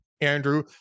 Andrew